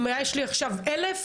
אם יש לי עכשיו 1,000,